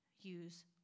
use